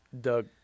Doug